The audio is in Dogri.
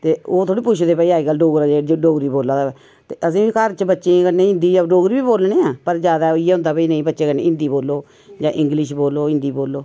ते ओह् थोह्ड़े पुच्छदे कि भई अज्जकल डोगरे जेह्ड़ा डोगरी बोला दा होए ते असेंगी बी घर च बच्चें गी कन्नै हिंदी ते डोगरी बी बोलने आं पर ज्यादा इयै होंदा कि भई नेईं बच्चें कन्नै बच्चें कन्नै हिंदी बोलो जां इंग्लिश बोलो हिंदी बोलो